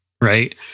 Right